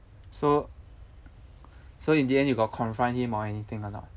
so so in the end you got confront him or anything or not